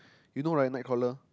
you know right Nightcrawler